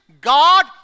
God